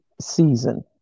season